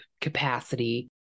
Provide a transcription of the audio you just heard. capacity